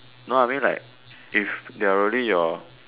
no I mean like if they are really your